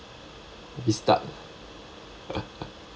restart